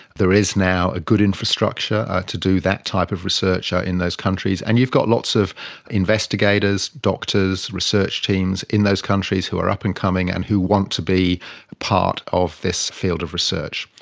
there is now a good infrastructure to do that type of research in those countries. and you've got lots of investigators, doctors, research teams in those countries who are up-and-coming and who want to be part of this field of research.